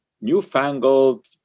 newfangled